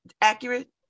accurate